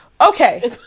Okay